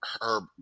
herb